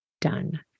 done